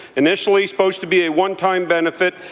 initially supposed to be a one-time benefit,